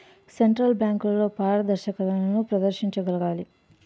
central బ్యాంకులు పారదర్శకతను ప్రదర్శించగలగాలి